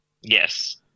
yes